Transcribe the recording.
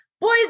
Boys